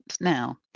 now